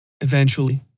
Eventually